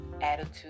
attitude